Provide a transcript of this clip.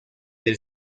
del